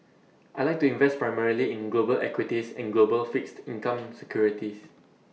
I Like to invest primarily in global equities and global fixed income securities